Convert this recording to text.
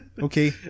Okay